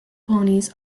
ponies